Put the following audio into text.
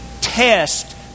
test